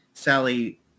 sally